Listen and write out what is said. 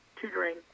tutoring